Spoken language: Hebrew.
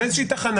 באיזה שהיא תחנה,